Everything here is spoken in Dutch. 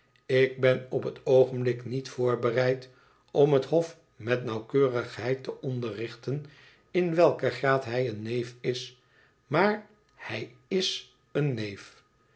ik ben op het oogenblik niet voorbereid om het hof met nauwkeurigheid te onderrichten in welken graad hij een neef is maar hij i s een neef